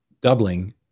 doubling